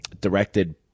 directed